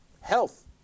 health